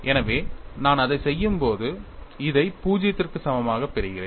எனவே நான் அதைச் செய்யும்போது இதை 0 க்கு சமமாகப் பெறுகிறேன்